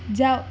جاؤ